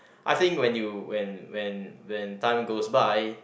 I think when you when when when time goes by